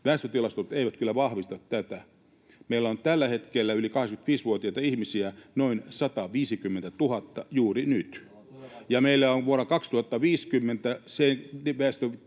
Väestötilastot eivät kyllä vahvista tätä. Meillä on tällä hetkellä yli 85-vuotiaita ihmisiä noin 150 000 — juuri nyt — ja väestötilastoista